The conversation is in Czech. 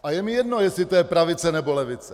A je mi jedno, jestli to je pravice, nebo levice.